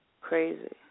Crazy